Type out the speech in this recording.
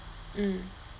mm